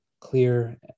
clear